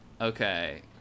okay